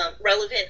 relevant